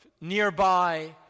nearby